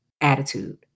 attitude